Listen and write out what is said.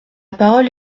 parole